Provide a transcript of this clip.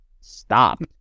stop